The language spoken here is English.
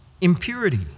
Impurity